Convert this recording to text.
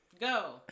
Go